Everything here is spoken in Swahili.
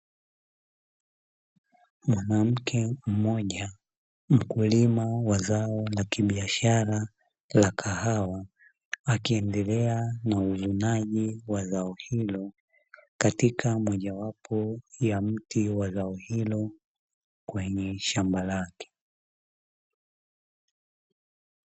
Mwanamke mmoja mkulima wa zao la kibiashara la kahawa akiendelea na uvunaji wa zao hilo katika mojawapo ya mti wa zao hilo kwenye shamba lake.